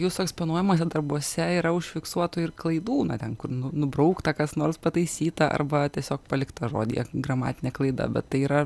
jūsų eksponuojamuose darbuose yra užfiksuotų ir klaidų na ten kur nubraukta kas nors pataisyta arba tiesiog palikta žodyje gramatinė klaida bet tai yra